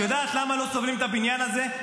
את יודעת למה לא סובלים את הבניין הזה?